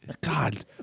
God